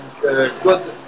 good